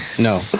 no